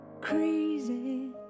crazy